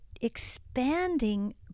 expanding